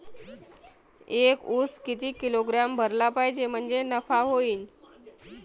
एक उस किती किलोग्रॅम भरला पाहिजे म्हणजे नफा होईन?